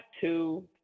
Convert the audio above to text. two